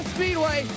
Speedway